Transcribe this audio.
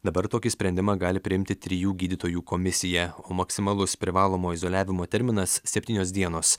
dabar tokį sprendimą gali priimti trijų gydytojų komisija o maksimalus privalomo izoliavimo terminas septynios dienos